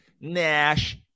Nash